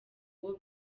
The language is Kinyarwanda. uwo